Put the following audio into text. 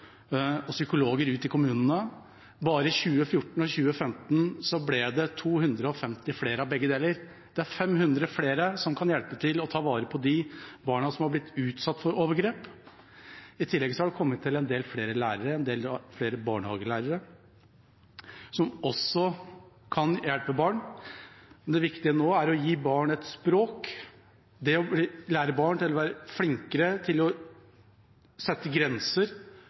og psykologer ut i kommunene. Bare i 2014 og i 2015 ble det 250 flere av begge deler. Det er 500 flere som kan hjelpe til og ta vare på de barna som har blitt utsatt for overgrep. I tillegg har det kommet til en del flere lærere, en del flere barnehagelærere, som også kan hjelpe barn. Det viktige nå er å gi barn et språk, å lære dem til å bli flinkere til å sette grenser